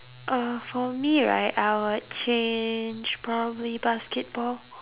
uh for me right I would change probably basketball